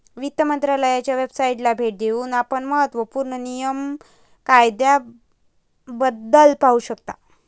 वित्त मंत्रालयाच्या वेबसाइटला भेट देऊन आपण महत्त्व पूर्ण नियम कायद्याबद्दल पाहू शकता